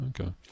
okay